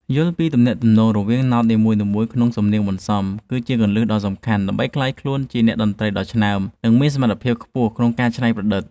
យល់ពីទំនាក់ទំនងរវាងណោតនីមួយៗនៅក្នុងសំនៀងបន្សំគឺជាគន្លឹះដ៏សំខាន់ដើម្បីក្លាយខ្លួនជាអ្នកតន្ត្រីដ៏ឆ្នើម និងមានសមត្ថភាពខ្ពស់ក្នុងការច្នៃប្រឌិត។